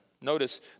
Notice